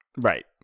Right